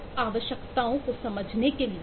तो आवश्यकताओं को समझने के लिए